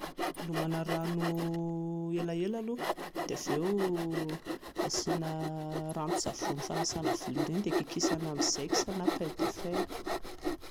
Lomana rano elaela aloha dia avy eo asiana ranon-tsavony fanasana vilia ireny dia kikisana amin'ny zex na paille de fer